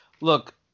Look